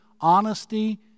honesty